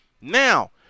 Now